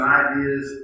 ideas